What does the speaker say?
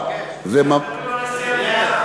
שאותו את מייצגת.